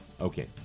Okay